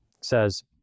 says